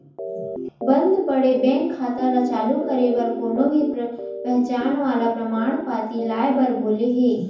बंद पड़े बेंक खाता ल चालू करे बर कोनो भी पहचान वाला परमान पाती लाए बर बोले हे